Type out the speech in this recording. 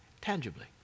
tangibly